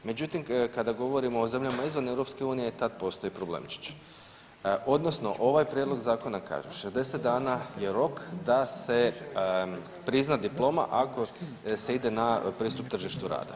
Međutim, kada govorimo o zemljama izvan EU tad postoji problemčić, odnosno ovaj prijedloga zakona kaže 60 dana je rok da se prizna diploma ako se ide na pristup tržištu rada.